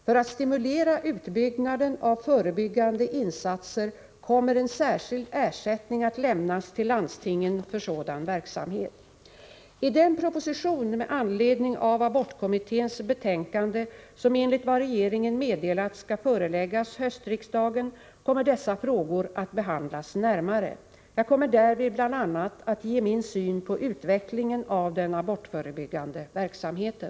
För att stimulera utbyggnaden av förebyggande insatser kommer en särskild ersättning att lämnas till landstingen för sådan verksamhet. I den proposition med anledning av abortkommitténs betänkande som enligt vad regeringen meddelat skall föreläggas höstriksdagen kommer dessa frågor att behandlas närmare. Jag kommer därvid bl.a. att ge min syn på utvecklingen av den abortförebyggande verksamheten.